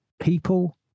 people